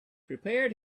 prepared